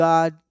God